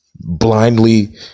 blindly